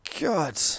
god